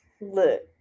Look